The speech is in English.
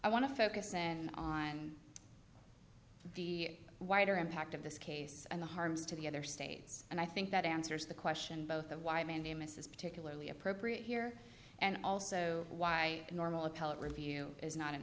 to focus in on the wider impact of this case and the harms to the other states and i think that answers the question both of why mandamus is particularly appropriate here and also why normal appellate review is not an